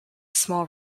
small